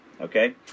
okay